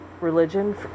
Religion